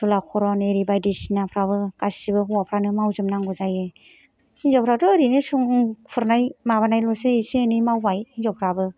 सुला खरन एरि बायदिसिनाफ्रावबो गासैबो हौवाफ्रानो मावजोबनांगौ जायो हिनजावफ्राथ' ओरैनो संनाय खुरनाय माबानाय एसे एनै मावबाय हिनजावफ्राबो